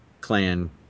Clan